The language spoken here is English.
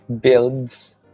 builds